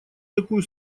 такую